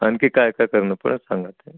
आणखी काय काय करणं पडेन सांगा ते